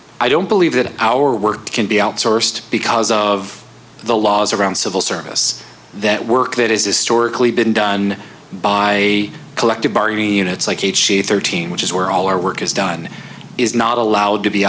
i don't believe that our work can be outsourced because of the laws around civil service that work that is historically been done by collective bargaining units like ha thirteen which is where all our work is done is not allowed to be